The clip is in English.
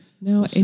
No